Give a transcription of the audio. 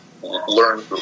Learn